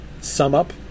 sum-up